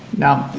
now,